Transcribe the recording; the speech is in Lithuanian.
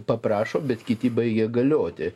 paprašo bet kiti baigia galioti